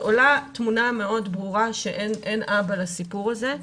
עולה תמונה מאוד ברורה שאין אבא לסיפור הזה,